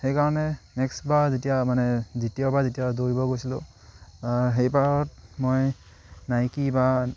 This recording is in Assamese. সেইকাৰণে নেক্সটবাৰ যেতিয়া মানে দ্বিতীয়বাৰ যেতিয়া দৌৰিব গৈছিলোঁ সেইবাৰত মই নাইকি বা